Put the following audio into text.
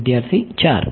વિદ્યાર્થી ચાર